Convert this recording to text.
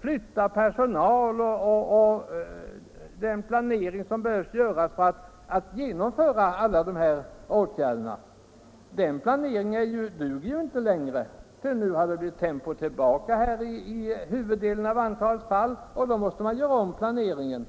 flytta personal. De planerna duger nu inte längre, utan de måste göras om.